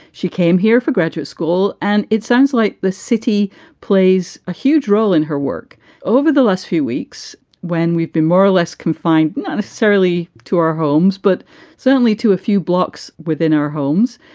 she came here for graduate school and it sounds like the city plays a huge role in her work over the last few weeks when we've been more or less confined not necessarily to our homes, but certainly to a few blocks within our homes.